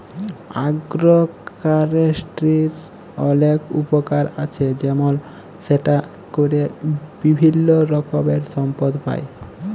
আগ্র ফরেষ্ট্রীর অলেক উপকার আছে যেমল সেটা ক্যরে বিভিল্য রকমের সম্পদ পাই